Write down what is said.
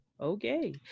okay